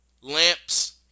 lamps